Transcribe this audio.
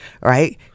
right